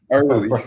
Early